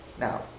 Now